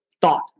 thought